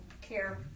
care